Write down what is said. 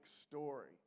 story